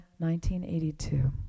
1982